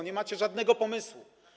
Nie macie żadnego pomysłu.